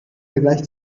vergleich